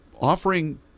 offering